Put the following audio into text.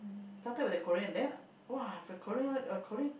started with a Korean then !wah! the Korean the Korean